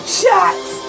shots